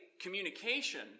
communication